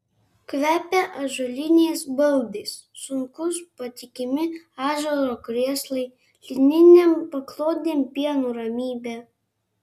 kvepia ąžuoliniais baldais sunkūs patikimi ąžuolo krėslai lininėm paklodėm pienu ramybe